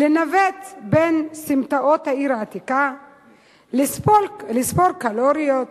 לנווט בין סמטאות העיר העתיקה, לספור קלוריות,